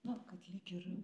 no kad lyg ir